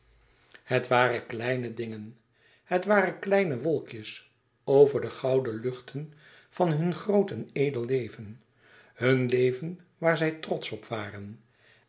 het waren kleine dingen het waren kleine wolkjes over de gouden luchten van hun groot en edel leven hun leven waar zij trotsch op waren